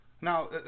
Now